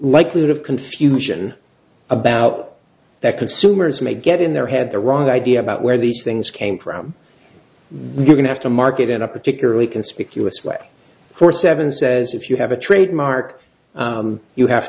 likelihood of confusion about that consumers may get in there had the wrong idea about where these things came from we're going to have to market in a particularly conspicuous way or seven says if you have a trademark you have